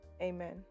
Amen